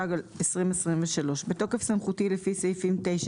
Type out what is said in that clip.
התשפ"ג-2023 בתוקף סמכותי לפי סעיפים 9,